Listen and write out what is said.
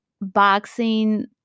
boxing